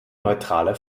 neutrale